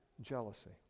jealousy